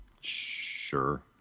Sure